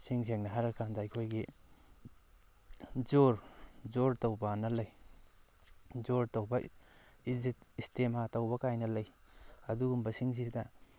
ꯏꯁꯦꯡ ꯁꯦꯡꯅ ꯍꯥꯏꯔꯀꯥꯟꯗ ꯑꯩꯈꯣꯏꯒꯤ ꯖꯣꯔ ꯖꯣꯔ ꯇꯧꯕ ꯍꯥꯏꯅ ꯂꯩ ꯖꯣꯔ ꯇꯧꯕ ꯏꯖꯦꯠ ꯏꯁꯇꯦꯃꯥ ꯇꯧꯕ ꯀꯥꯏꯅ ꯂꯩ ꯑꯗꯨꯒꯨꯝꯕꯁꯤꯡꯁꯤꯗ